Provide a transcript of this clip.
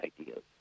ideas